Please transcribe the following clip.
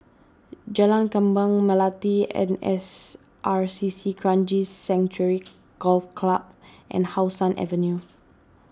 Jalan Kembang Melati N S R C C Kranji Sanctuary Golf Club and How Sun Avenue